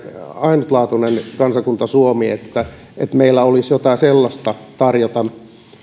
ainutlaatuinen kansakunta suomi että meillä olisi jotain sellaista tarjota